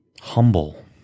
humble